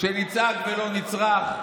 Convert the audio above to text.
שנצעק ולא נצרח,